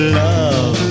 love